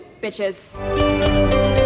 bitches